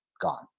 gone